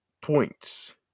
points